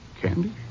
Candy